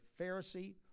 Pharisee